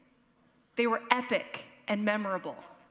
they were epic and memorable.